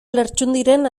lertxundiren